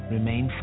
Remain